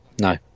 no